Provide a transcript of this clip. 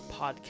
podcast